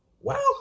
Wow